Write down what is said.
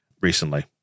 recently